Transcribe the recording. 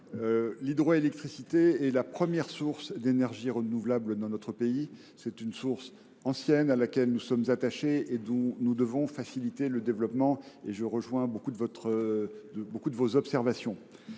l’hydroélectricité est la première source d’énergie renouvelable dans notre pays. C’est une source ancienne à laquelle nous sommes attachés et dont nous devons faciliter le développement. À ce titre, je rejoins beaucoup de vos observations.